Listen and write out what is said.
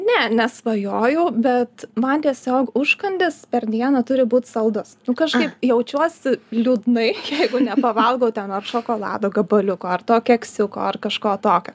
ne nesvajojau bet man tiesiog užkandis per dieną turi būt saldus kažkaip jaučiuosi liūdnai jeigu nepavalgau ten ar šokolado gabaliuko ar to keksiuko ar kažko tokio